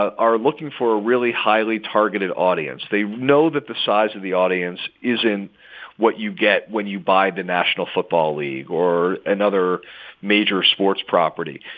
are looking for a really highly targeted audience. they know that the size of the audience isn't what you get when you buy the national football league or another major sports property.